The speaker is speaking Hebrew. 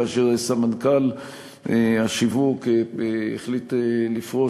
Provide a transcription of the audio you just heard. שכאשר סמנכ"ל השיווק החליט לפרוש,